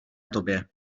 tobě